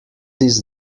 this